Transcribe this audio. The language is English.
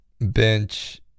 Bench